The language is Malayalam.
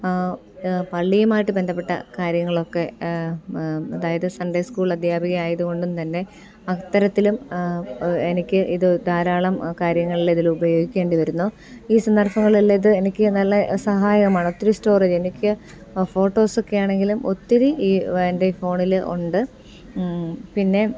പള്ളിയുമായിട്ട് ബന്ധപ്പെട്ട കാര്യങ്ങളൊക്കെ അതായത് സൺഡേ സ്കൂൾ അദ്ധ്യാപിക ആയതുകൊണ്ടും തന്നെ അത്തരത്തിലും എനിക്ക് ഇത് ധാരാളം കാര്യങ്ങളിൽ ഇതി ൽ ഉപയോഗിക്കേണ്ടി വരുന്നു ഈ സന്ദർഭങ്ങളിലെല്ലാം അത് എനിക്ക് നല്ല സഹായകമാണ് ഒത്തിരി സ്റ്റോറേജ് എനിക്ക് ഫോട്ടോസൊക്കെ ആണെങ്കിലും ഒത്തിരി ഈ എൻ്റെ ഫോണിൽ ഉണ്ട് പിന്നെ